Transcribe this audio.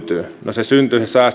se säästö syntyy näistä